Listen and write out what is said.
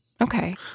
Okay